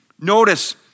notice